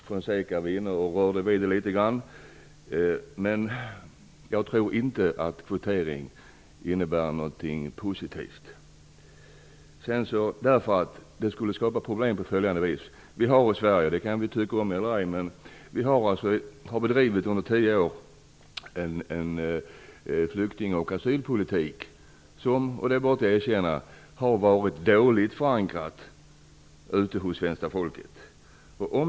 Juan Fonseca var inne och rörde vid det litet grand. Jag tror inte att kvotering innebär något positivt. Det skulle skapa problem. I Sverige har vi under tio år bedrivit en flyktingoch asylpolitik som - och det måste jag erkänna - har varit dåligt förankrad hos det svenska folket.